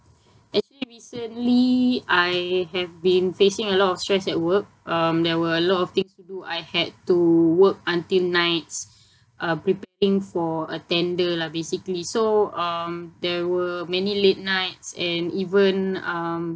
actually recently I have been facing a lot of stress at work um there were a lot of things to do I had to work until nights um preparing for a tender lah basically so um there were many late nights and even um